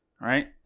right